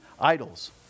Idols